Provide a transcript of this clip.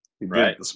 Right